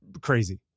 crazy